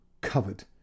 covered